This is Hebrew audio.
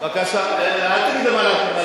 אל תגיד לה מה להגיד.